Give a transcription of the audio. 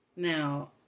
Now